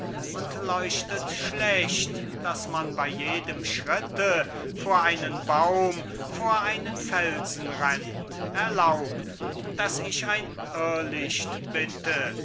und leuchtet schlecht daß man bey jedem schritte vor einen baum vor einen felsen rennt erlaub daß ich ein irrlicht